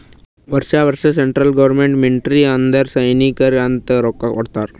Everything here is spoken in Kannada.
ವರ್ಷಾ ವರ್ಷಾ ಸೆಂಟ್ರಲ್ ಗೌರ್ಮೆಂಟ್ ಮಿಲ್ಟ್ರಿಗ್ ಅಂದುರ್ ಸೈನ್ಯಾಕ್ ಅಂತ್ ರೊಕ್ಕಾ ಕೊಡ್ತಾದ್